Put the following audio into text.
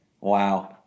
Wow